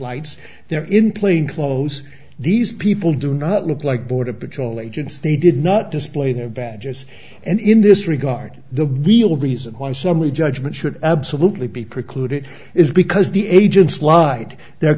lights they're in plain clothes these people do not look like border patrol agents they did not display their badges and in this regard the be all reason why summary judgment should absolutely be precluded is because the agents lied their